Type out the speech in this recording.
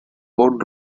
bon